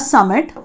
Summit